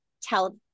tell